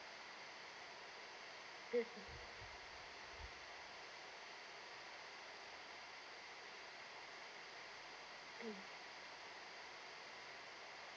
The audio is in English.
mm